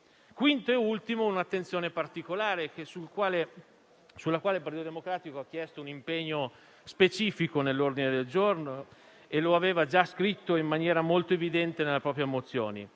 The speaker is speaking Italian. tema richiede un'attenzione particolare e il Partito Democratico ha chiesto un impegno specifico nell'ordine del giorno e lo aveva già scritto in maniera molto evidente nelle proprie mozioni.